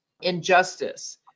injustice